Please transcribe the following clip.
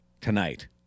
tonight